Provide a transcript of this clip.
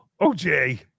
OJ